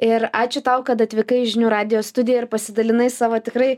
ir ačiū tau kad atvykai į žinių radijo studiją ir pasidalinai savo tikrai